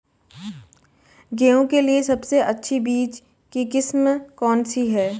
गेहूँ के लिए सबसे अच्छी बीज की किस्म कौनसी है?